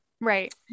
right